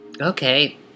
Okay